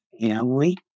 family